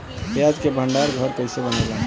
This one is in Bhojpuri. प्याज के भंडार घर कईसे बनेला?